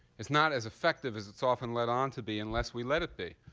it's not as effective as it's often led on to be unless we let it be.